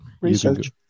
Research